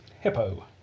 hippo